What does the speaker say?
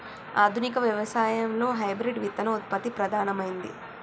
ఆధునిక వ్యవసాయం లో హైబ్రిడ్ విత్తన ఉత్పత్తి ప్రధానమైంది